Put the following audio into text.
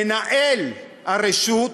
מנהל הרשות,